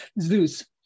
Zeus